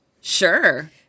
sure